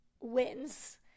wins